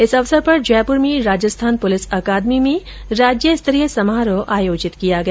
इस अवसर पर जयपुर में राजस्थान पुलिस अकादमी में राज्यस्तरीय समार्राह आयोजित किया गया